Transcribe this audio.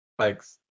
Thanks